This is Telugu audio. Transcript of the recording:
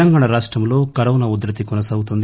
తెలంగాణ రాష్టంలో కరోన ఉధృతి కొనసాగుతోంది